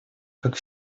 как